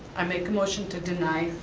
i make a motion to deny.